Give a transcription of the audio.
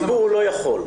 הסיפור הוא לא יכול.